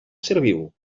serviu